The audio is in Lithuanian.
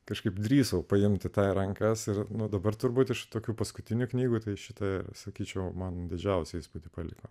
kažkaip drįso paimti tai rankas ir nuo dabar turbūt iš tokių paskutinių knygų tai šitą sakyčiau man didžiausią įspūdį paliko